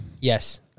yes